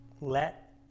let